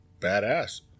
Badass